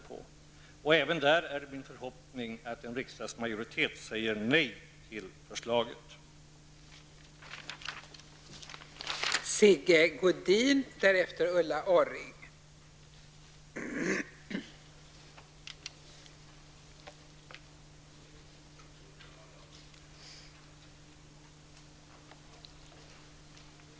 Även i det avseendet är det min förhoppning att en riksdagsmajoritet skall säga nej till framlagda förslag.